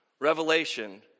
Revelation